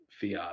Fiat